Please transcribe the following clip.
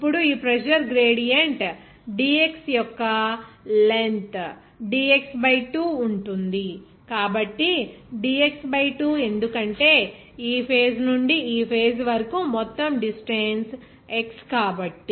ఇప్పుడు ఈ pressure gradient dx యొక్క లెంగ్త్ dx బై 2 ఉంటుంది కాబట్టి dx బై 2 ఎందుకంటే ఈ ఫేస్ నుండి ఈ ఫేస్ వరకు మొత్తం డిస్టెన్స్ x కాబట్టి